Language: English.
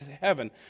heaven